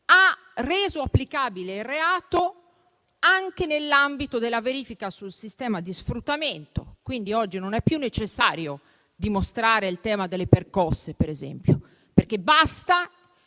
ha reso applicabile anche nell'ambito della verifica sul sistema di sfruttamento, quindi oggi non è più necessario dimostrare il tema delle percosse, per esempio, perché basta